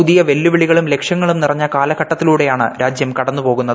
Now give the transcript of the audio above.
പുതിയ വെല്ലുവിളികളും ലക്ഷ്യങ്ങളും നിറഞ്ഞ കാലഘട്ടത്തിലൂടെയാണ് രാജ്യം കടന്നു പോകുന്നത്